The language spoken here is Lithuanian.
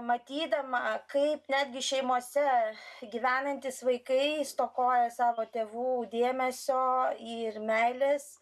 matydama kaip netgi šeimose gyvenantys vaikai stokoja savo tėvų dėmesio ir meilės